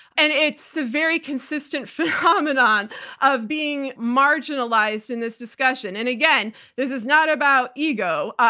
and it's a very consistent phenomenon of being marginalized in this discussion. and again, this is not about ego.